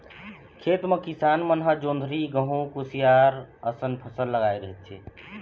खेत म किसान मन ह जोंधरी, गहूँ, कुसियार असन फसल लगाए रहिथे